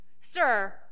Sir